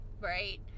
right